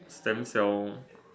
stem cell